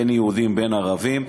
בין שהם יהודים ובין שהם ערבים.